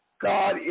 God